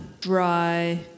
dry